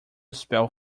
spell